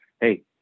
Hey